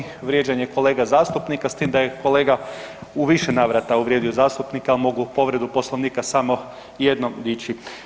Članak 238., vrijeđanje kolega zastupnika s tim da je kolega u više navrata uvrijedio zastupnika, ali mogu povredu Poslovnika samo jednom dići.